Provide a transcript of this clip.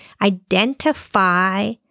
Identify